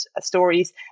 stories